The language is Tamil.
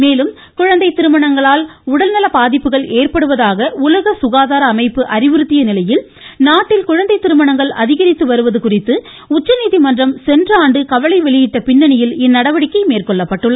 மேலும் குழந்தை திருமணங்களால் உடல் நலம் பாதிப்புகள் ஏற்படுவதாக உலக சுகாதார அமைப்பு அறிவுறுத்திய நிலையில் நாட்டில் குழந்தை திருமணங்கள் அதிகரித்து வருவது குறித்து உச்சநீதிமன்றம் சென்ற ஆண்டு கவலை வெளியிட்ட பின்னணியில் இந்நடவடிக்கை மேற்கொள்ளப்பட்டுள்ளது